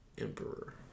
emperor